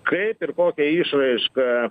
kaip ir kokia išraiška